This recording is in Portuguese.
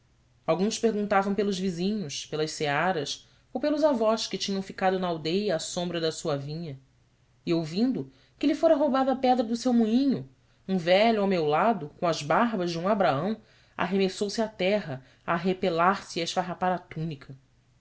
alguns perguntavam pelos vizinhos pelas searas ou pelos avós que tinham ficado na aldeia à sombra da sua vinha e ouvindo que lhe fora roubada a pedra do seu moinho um velho ao meu lado com as barbas de um abraão arremessou-se a terra a arrepelar se e a esfarrapar a túnica